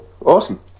Awesome